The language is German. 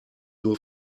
nur